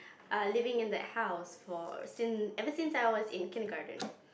ah living in that house for since ever since I was in kindergarten